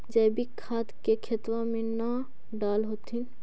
जैवीक खाद के खेतबा मे न डाल होथिं?